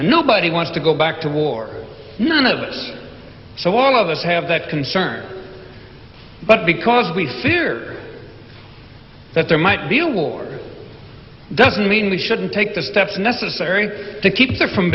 nobody wants to go back to war none of so one of us have that concern but because we fear that there might be a war doesn't mean we shouldn't take the steps necessary to keep her from